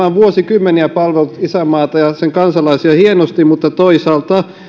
on vuosikymmeniä palvellut isänmaata ja sen kansalaisia hienosti mutta toisaalta